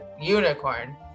unicorn